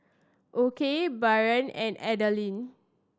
Okey Bryan and Adaline